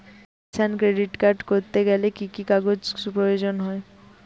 কিষান credit card করতে গেলে কি কি কাগজ প্রয়োজন হয়?